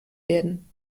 werden